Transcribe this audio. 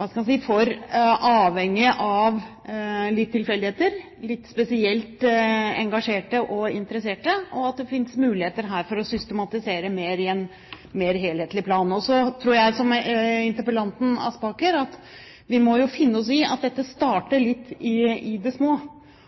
hva skal man si – er for avhengig av litt tilfeldigheter, litt spesielt engasjerte og interesserte, og at det her finnes muligheter for å systematisere i en mer helhetlig plan. Så tror jeg, som interpellanten Aspaker, at vi må finne oss i at dette starter litt i det små,